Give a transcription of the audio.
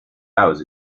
hours